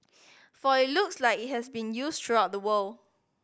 for it looks like it has been used throughout the world